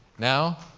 now,